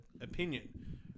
opinion